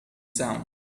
sound